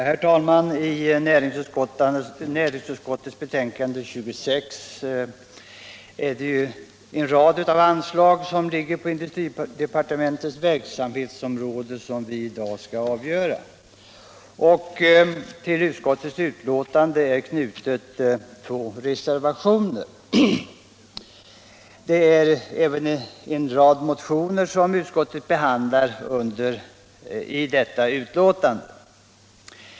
Herr talman! I näringsutskottets betänkande nr 26 finns det ju en rad anslag som gäller industridepartementets verksamhetsområde och som vi i dag skall fatta beslut om. Vid utskottets betänkande har det fogats två reservationer, och utskottet har också haft att behandla några motioner.